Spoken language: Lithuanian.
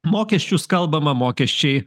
mokesčius kalbama mokesčiai